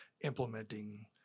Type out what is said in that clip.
implementing